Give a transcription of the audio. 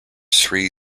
sri